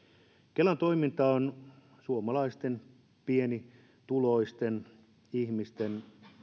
kelan toiminta on suomalaisten pienituloisten ihmisten